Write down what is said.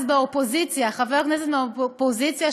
אז חבר הכנסת מהאופוזיציה,